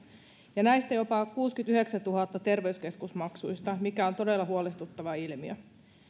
ja näistä jopa kuusikymmentäyhdeksäntuhatta terveyskeskusmaksuista mikä on todella huolestuttava ilmiö